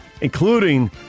including